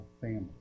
family